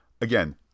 Again